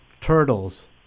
turtles